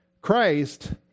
Christ